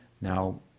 now